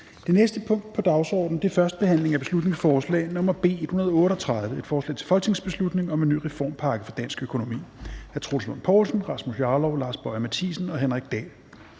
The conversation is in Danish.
Det næste punkt på dagsordenen er: 8) 1. behandling af beslutningsforslag nr. B 138: Forslag til folketingsbeslutning om en ny reformpakke for dansk økonomi. Af Troels Lund Poulsen (V), Rasmus Jarlov (KF), Lars Boje Mathiesen (NB), Henrik Dahl